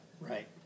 Right